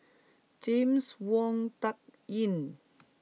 James Wong Tuck Yim